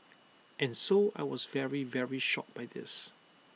and so I was very very shocked by this